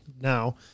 now